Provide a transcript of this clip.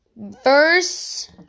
Verse